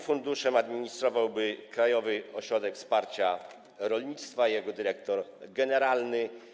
Funduszem administrowałby Krajowy Ośrodek Wsparcia Rolnictwa i jego dyrektor generalny.